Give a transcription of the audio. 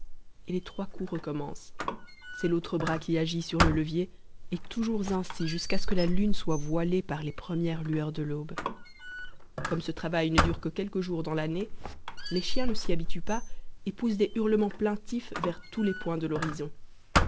et les trois coups recommencent c'est l'autre bras qui agit sur le levier et toujours ainsi jusqu'à ce que la lune soit voilée par les premières lueurs de l'aube comme ce travail ne dure que quelques jours dans l'année les chiens ne s'y habituent pas et poussent des hurlements plaintifs vers tous les points de l'horizon